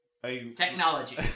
technology